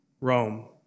Rome